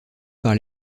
par